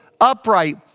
upright